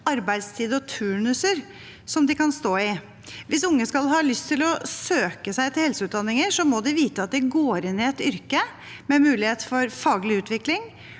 arbeidstid og turnuser som de kan stå i. Hvis unge skal ha lyst til å søke seg til helseutdanninger, må de vite at de går inn i et yrke med mulighet for faglig utvikling